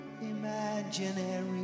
Imaginary